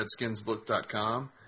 RedskinsBook.com